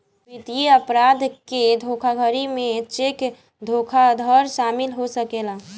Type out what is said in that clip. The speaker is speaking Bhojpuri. वित्तीय अपराध के धोखाधड़ी में चेक धोखाधड़ शामिल हो सकेला